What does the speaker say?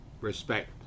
respect